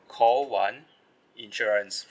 call one insurance